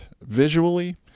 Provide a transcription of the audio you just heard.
visually